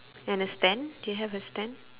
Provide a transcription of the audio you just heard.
and a stand do you have a stand